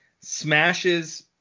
smashes